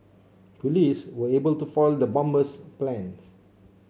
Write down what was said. police were able to foil the bomber's plans